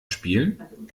spielen